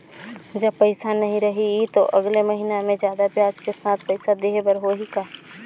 जब पइसा नहीं रही तो अगले महीना मे जादा ब्याज के साथ पइसा देहे बर होहि का?